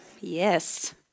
Yes